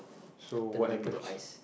so what happens